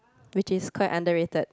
which is quite underrated